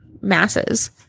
masses